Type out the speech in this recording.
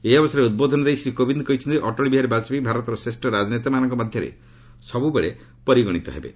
ଏହି ଅବସରରେ ଉଦ୍ବୋଧନ ଦେଇ ଶ୍ରୀ କୋବିନ୍ଦ କହିଛନ୍ତି ଅଟଳ ବିହାରୀ ବାଜପେୟୀ ଭାରତର ଶ୍ରେଷ ରାଜନେତାମାନଙ୍କ ମଧ୍ୟରେ ସବୁବେଳେ ପରିଗଣିତ ହେବେ